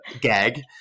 gag